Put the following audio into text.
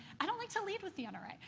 i don't like to lead with the ah nra.